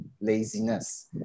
laziness